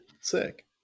sick